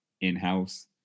in-house